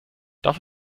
darf